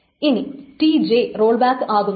ഇനി Tj roll back ആകുന്നു